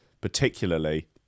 particularly